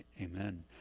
Amen